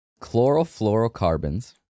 Chlorofluorocarbons